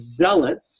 zealots